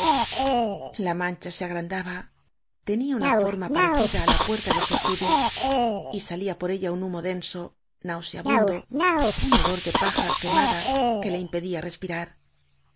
la mancha se agrandaba tenía una forma parecida á la puerta de su estudi y salía por ella un humo denso nauseabundo un hedor de paja quemada que le impedía respirar